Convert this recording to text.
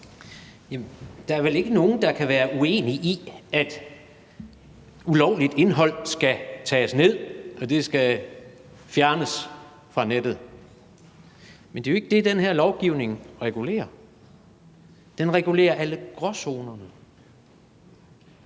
(KD): Der er vel ikke nogen, der kan være uenig i, at ulovligt indhold skal tages ned og fjernes fra nettet. Men det er jo ikke det, den her lovgivning vil regulere. Den regulerer alle gråzonerne.